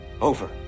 over